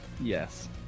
Yes